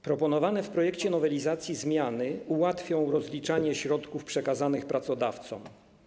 Proponowane w projekcie nowelizacji zmiany ułatwią rozliczanie środków przekazanych pracodawcom.